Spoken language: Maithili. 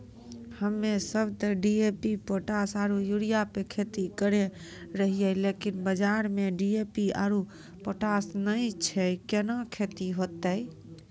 हम्मे सब ते डी.ए.पी पोटास आरु यूरिया पे खेती करे रहियै लेकिन बाजार मे डी.ए.पी आरु पोटास नैय छैय कैना खेती होते?